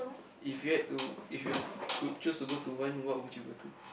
if you had to if you could choose to go to one what would you go to